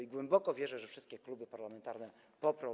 I głęboko wierzę, że wszystkie kluby parlamentarne go poprą.